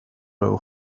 nhw